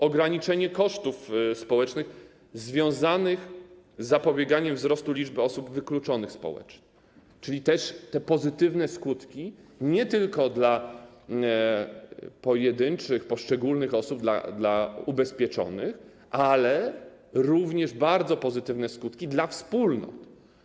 Ograniczenie kosztów społecznych związanych z zapobieganiem wzrostowi liczby osób wykluczonych społecznie, czyli też te pozytywne skutki nie tylko dla pojedynczych, poszczególnych osób, dla ubezpieczonych, ale również bardzo pozytywne skutki dla wspólnot.